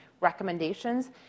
recommendations